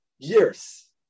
years